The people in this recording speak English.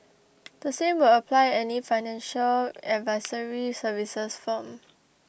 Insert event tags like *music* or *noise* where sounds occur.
*noise* the same will apply any financial advisory services firm